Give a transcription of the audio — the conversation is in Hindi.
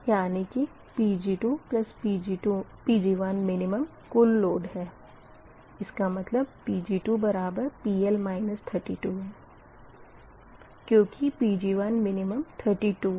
यानी कि Pg2 Pg1min कुल लोड है इसका मतलब Pg2PL 32 क्यूँकि Pg1min32 है